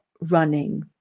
running